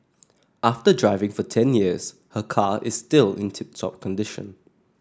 after driving for ten years her car is still in tip top condition